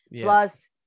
Plus